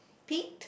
pique